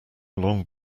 along